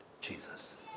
Jesus